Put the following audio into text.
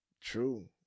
True